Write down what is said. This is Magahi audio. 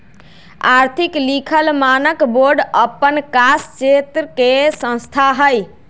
आर्थिक लिखल मानक बोर्ड अप्पन कास क्षेत्र के संस्था हइ